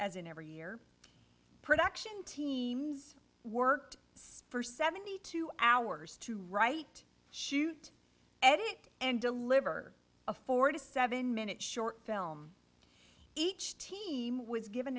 as in every year production teams worked for seventy two hours to write shoot edit and deliver a four to seven minute short film each team was given